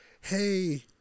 hey